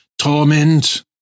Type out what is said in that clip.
torment